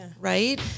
Right